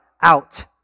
out